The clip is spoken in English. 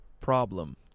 problem